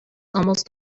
almost